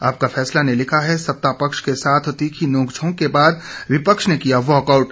आपका फैसला ने लिखा है सत्तापक्ष के साथ तीखी नोक झोंक के बाद विपक्ष ने किया वॉकआउट